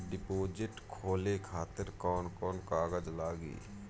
Deposit खोले खातिर कौन कौन कागज लागी?